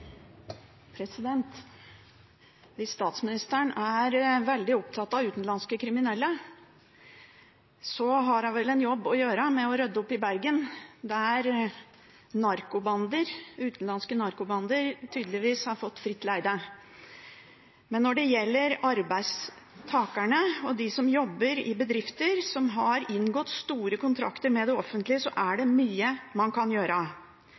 Hvis statsministeren er veldig opptatt av utenlandske kriminelle, har hun vel en jobb å gjøre med å rydde opp i Bergen, der utenlandske narkobander tydeligvis har fått fritt leide. Når det gjelder arbeidstakerne og de som jobber i bedrifter som har inngått store kontrakter med det offentlige, er det mye man kan gjøre.